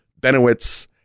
Benowitz